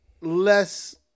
less